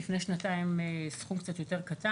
לפני שנתיים קצת פחות,